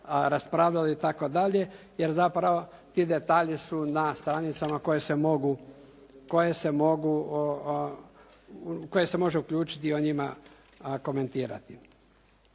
raspravljalo i tako dalje jer zapravo ti detalji su na stranicama koje se mogu, koje se može uključiti i o njima komentirati.